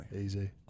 Easy